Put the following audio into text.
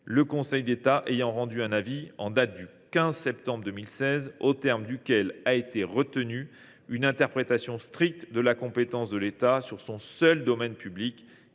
le Conseil d’État ayant rendu un avis, le 15 septembre 2016, aux termes duquel a été retenue une interprétation stricte de la compétence de l’État sur son seul domaine public